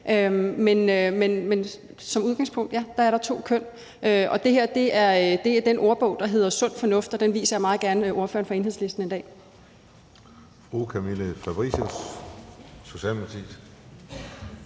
Men som udgangspunkt er der to køn. Og det her er den ordbog, der hedder sund fornuft, og den viser jeg meget gerne til ordføreren for Enhedslisten en dag.